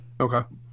Okay